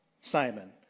Simon